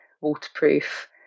waterproof